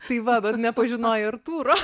tai va dar nepažinojai artūro